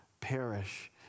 perish